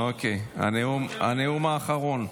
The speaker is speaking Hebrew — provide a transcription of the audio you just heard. אוקיי, הנאום האחרון.